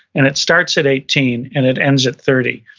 and it starts at eighteen and it ends at thirty.